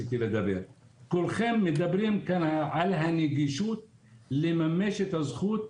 כולכם מדברים כאן על הנגישות לממש את הזכות.